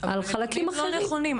גם על חלקים אחרים.